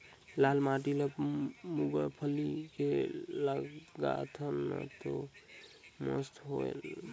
लाल माटी म मुंगफली के लगाथन न तो मस्त होयल?